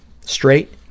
straight